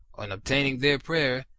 on obtaining their prayer,